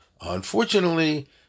Unfortunately